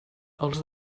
els